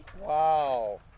Wow